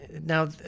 Now